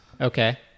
Okay